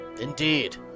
Indeed